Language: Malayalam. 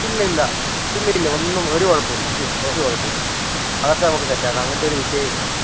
ഇല്ലില്ല ഇല്ല ഇല്ല ഒന്നും ഒരു കുഴപ്പവുമില്ല ഒരു കുഴപ്പവുമില്ല അതൊക്കെ നമുക്ക് സെറ്റാക്കാം അങ്ങനത്തൊരു വിഷയമേയില്ല